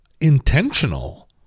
intentional